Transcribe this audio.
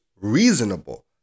reasonable